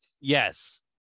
Yes